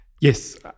Yes